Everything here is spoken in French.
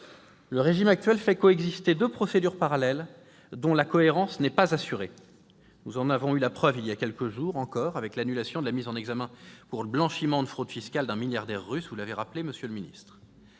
Le régime actuel fait coexister deux procédures parallèles dont la cohérence n'est pas assurée. Nous en avons eu la preuve il y a quelques jours encore avec l'annulation de la mise en examen pour blanchiment de fraude fiscale d'un milliardaire russe, comme vous l'avez rappelé, monsieur le ministre.